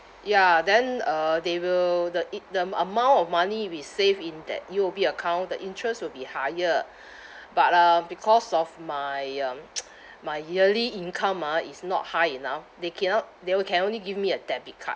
ya then uh they will the it the m~ amount of money we save in that U_O_B account the interest will be higher but uh because of my um my yearly income ah is not high enough they cannot they o~ can only give me a debit card